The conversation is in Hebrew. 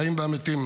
החיים והמתים,